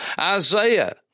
Isaiah